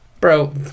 Bro